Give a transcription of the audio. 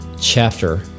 chapter